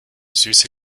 süße